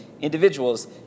individuals